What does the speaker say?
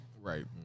Right